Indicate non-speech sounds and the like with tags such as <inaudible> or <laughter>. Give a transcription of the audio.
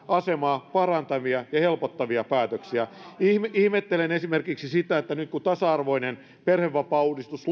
asemaa parantavia ja helpottavia päätöksiä ihmettelen esimerkiksi sitä että nyt kun tasa arvoinen perhevapaauudistus <unintelligible>